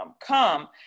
come